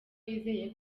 yizeye